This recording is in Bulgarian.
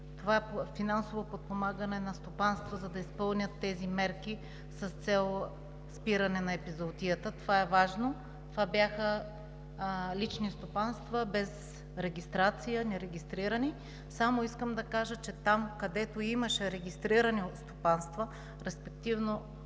това е финансово подпомагане на стопанства, за да изпълнят тези мерки с цел спиране на епизоотията. Това е важно! Това бяха лични стопанства без регистрация. Искам да кажа само, че там, където имаше регистрирани стопанства, респективно